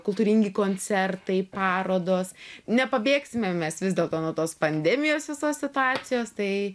kultūringi koncertai parodos nepabėgsime mes vis dėlto nuo tos pandemijos visos situacijos tai